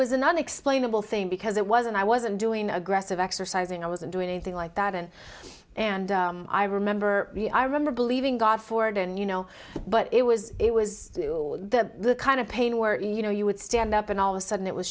was an unexplainable thing because it wasn't i wasn't doing aggressive exercising i wasn't doing anything like that and and i remember i remember believing god for it and you know but it was it was the kind of pain where you know you would stand up and all of a sudden it was